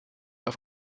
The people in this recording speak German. auf